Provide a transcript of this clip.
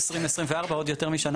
יש לכם אפשרות לאמץ הוראות.